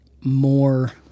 more